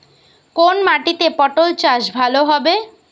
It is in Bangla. কোন মাটিতে পটল চাষ ভালো হবে?